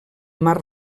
mar